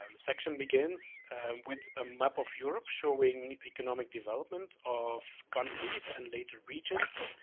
um section begins with a map of europe showing economic development of countries and later regions.